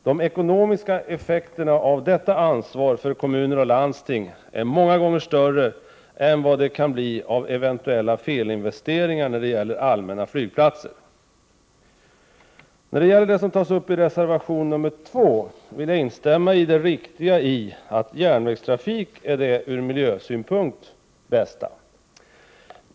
De ekonomiska effekterna av detta ansvar för kommuner och landsting är många gånger större än vad de kan bli av eventuella ”felinvesteringar” i fråga om allmänna flygplatser. När det gäller reservation 2 vill jag instämma i att järnvägstrafik är det från miljösynpunkt bästa.